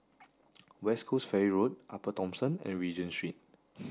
West Coast Ferry Road Upper Thomson and Regent Street